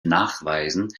nachweisen